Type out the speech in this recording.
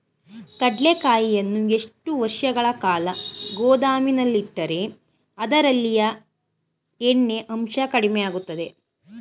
ಕಡ್ಲೆಕಾಯಿಯನ್ನು ಎಷ್ಟು ವರ್ಷಗಳ ಕಾಲ ಗೋದಾಮಿನಲ್ಲಿಟ್ಟರೆ ಅದರಲ್ಲಿಯ ಎಣ್ಣೆ ಅಂಶ ಕಡಿಮೆ ಆಗುತ್ತದೆ?